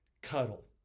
Cuddle